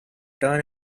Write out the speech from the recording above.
turn